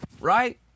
Right